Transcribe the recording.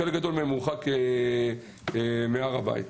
חלק גדול הורחק מהר הבית.